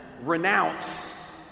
renounce